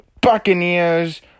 Buccaneers